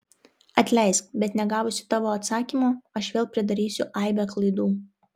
atleisk bet negavusi tavo atsakymo aš vėl pridarysiu aibę klaidų